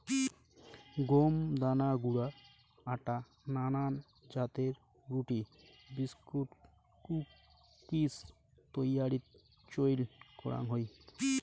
গম দানা গুঁড়া আটা নানান জাতের রুটি, বিস্কুট, কুকিজ তৈয়ারীত চইল করাং হই